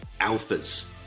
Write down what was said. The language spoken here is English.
Alphas